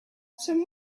some